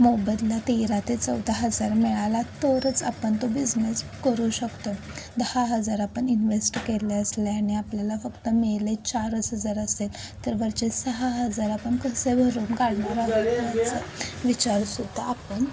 मोबदला तेरा ते चौदा हजार मिळाला तरच आपण तो बिझनेस करू शकतो दहा हजार आपण इन्व्हेस्ट केले असले आणि आपल्याला फक्त मिळाले चारच हजार असेल तर वरचे सहा हजार आपण कसे भरून काढणार विचारसुद्धा आपण